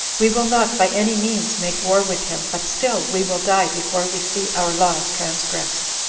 we will not by any means make war with him, but still we will die before we see our laws transgressed.